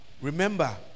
remember